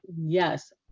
yes